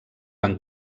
van